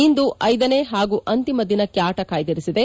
ಇಂದು ಐದನೇ ಹಾಗೂ ಅಂತಿಮ ದಿನಕ್ಕೆ ಆಟ ಕಾಯ್ದಿರಿಸಿದೆ